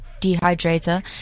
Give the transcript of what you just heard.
dehydrator